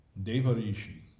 Devarishi